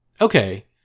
Okay